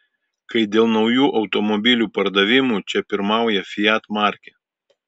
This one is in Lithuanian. kai dėl naujų automobilių pardavimų čia pirmauja fiat markė